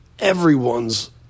everyone's